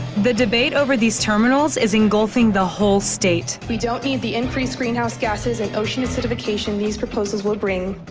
the debate over these terminals is engulfing the whole state. we don't need the increased greenhouse gases and ocean acidification these proposals will bring.